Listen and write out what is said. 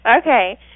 Okay